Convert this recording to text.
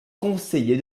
conseiller